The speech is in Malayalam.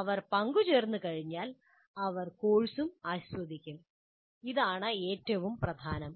അവർ പങ്കുചേർന്നു കഴിഞ്ഞാൽ അവർ കോഴ്സും ആസ്വദിക്കും ഇതാണ് ഏറ്റവും പ്രധാനം